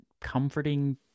comforting